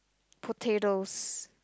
potatoes